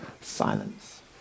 silence